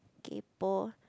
kaypoh